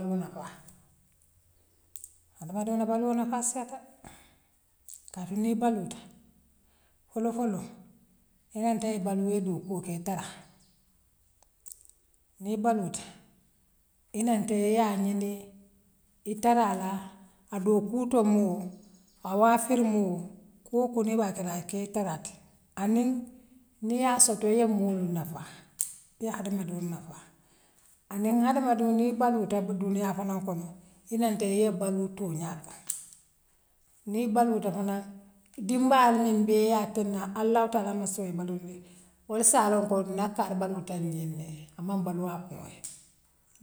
nafaa adama diŋoo la baluo nafaa siyaata de kaatu i baluoti folo foloo iňonta ye baluu yee doko kee aye tariya niŋ i baluu ta ina ntee yee ňiniŋ i taraala a dookutoo muŋ a waafir muŋ kuoo kuu niŋ i baa kela akee tara atii aniŋ niŋ yaa soto yee moolu nafa yee hadama diŋool nafa aniŋ hadama diŋoo niŋ i baluuta ibe duniyaa fanaŋ kono iŋonta yee baluu tooňaata niŋ i balluta fanaŋ dimbayaal ňiŋ bee yaa tirnaa allah ta'alaa massoo yeel baluundi wala saaňe wolako na kar balu tenŋ ňiŋe aman baluu a kuŋoo ye.